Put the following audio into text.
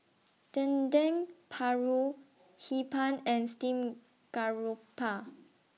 Dendeng Paru Hee Pan and Steamed Garoupa